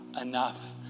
enough